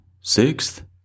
Sixth